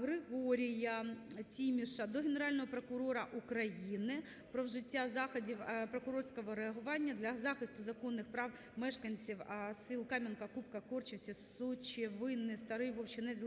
Григорія Тіміша до Генерального прокурора України про вжиття заходів прокурорського реагування для захисту законних прав мешканців сіл Кам'янка, Купка, Корчівці, Сучевени, Старий Вовчинець